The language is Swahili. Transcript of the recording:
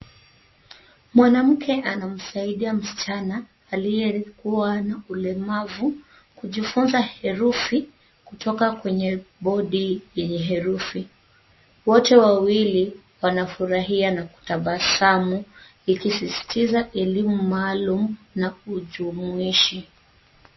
Mwanamke anamsaidia msichana aliyekuwa na ulemavu kujifunza herufi kutoka kwenye bodi yenye herufi. Wote wawili wanafurahia na kutabasamu, ikisisitiza elimu maalum na jumuishi.